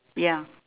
ya